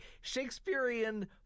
Shakespearean